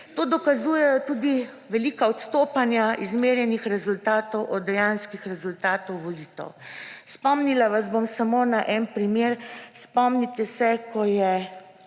To dokazujejo tudi velika odstopanja izmerjenih rezultatov od dejanskih rezultatov volitev. Spomnila vas bom samo na en primer. Spomnite se, ko je